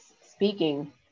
speaking